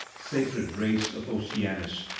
sacred race of oceanus,